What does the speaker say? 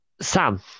Sam